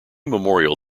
memorial